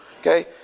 okay